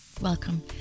Welcome